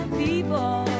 people